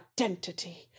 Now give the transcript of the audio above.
identity